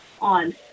on